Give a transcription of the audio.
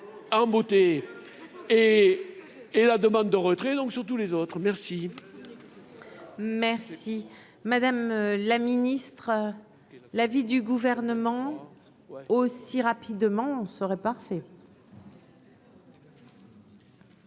embouté et et la demande de retrait, donc sur tous les autres, merci. Merci madame la ministre, l'avis du gouvernement aussi rapidement, on serait parfait.